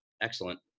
Excellent